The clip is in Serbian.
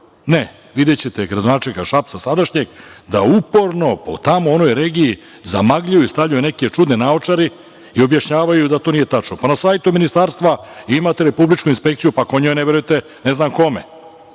Ne, videćete gradonačelnika Šapca, sadašnjeg, da uporno po tamo onoj regiji zamagljuje i stavlja neke čudne naočare i objašnjavaju da to nije tačno. Pa, na sajtu Ministarstva imate republičku inspekciju, pa ako njoj ne verujete, ne znam kome